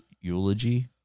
eulogy